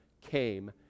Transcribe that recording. came